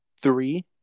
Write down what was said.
Three